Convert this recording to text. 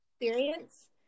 experience